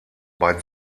bei